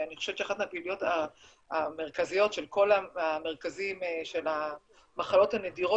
אני חושבת שאחת מהפעילויות המרכזיות של כל המרכזים של המחלות הנדירות,